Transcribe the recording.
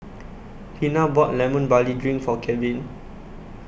Vina bought Lemon Barley Drink For Kevin